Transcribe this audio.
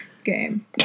game